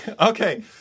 Okay